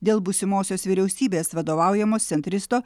dėl būsimosios vyriausybės vadovaujamos centristo